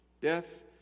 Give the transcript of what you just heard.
death